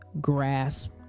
grasp